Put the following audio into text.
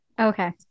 Okay